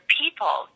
people